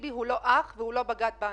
ביבי הוא לא אח והוא לא בגד בנו,